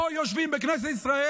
זה שהוא היה פעם יושב-ראש,